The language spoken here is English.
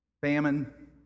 Famine